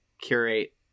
curate